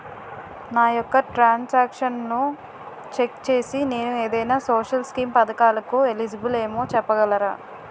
నా యెక్క ట్రాన్స్ ఆక్షన్లను చెక్ చేసి నేను ఏదైనా సోషల్ స్కీం పథకాలు కు ఎలిజిబుల్ ఏమో చెప్పగలరా?